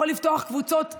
יכול לפתוח קבוצות תמיכה,